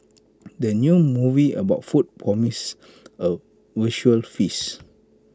the new movie about food promises A visual feast